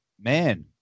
man